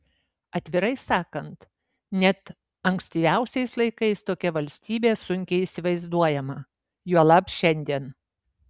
atvirai sakant net ankstyviausiais laikais tokia valstybė sunkiai įsivaizduojama juolab šiandien